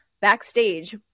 backstage